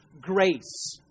grace